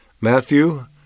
Matthew